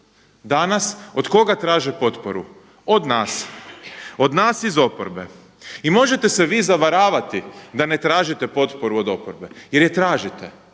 danas od koga traže potporu? Od nas. Od nas iz oporbe. I možete se vi zavaravati da ne tražite potporu od oporbe jer je tražite.